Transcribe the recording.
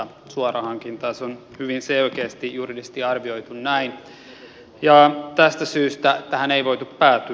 se on hyvin selkeästi juridisesti arvioitu näin ja tästä syystä tähän ei voitu päätyä